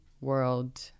world